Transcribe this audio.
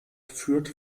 führt